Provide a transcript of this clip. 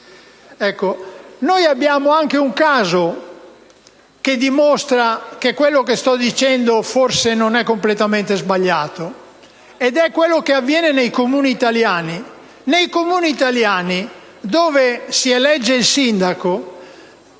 Abbiamo anche un caso che dimostra che quello che sto dicendo forse non è completamente sbagliato, ed è quello che avviene nei Comuni italiani.